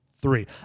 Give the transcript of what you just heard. three